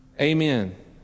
Amen